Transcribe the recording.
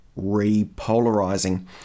repolarizing